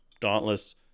Dauntless